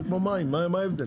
זה כמו מים, מה ההבדל?